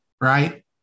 right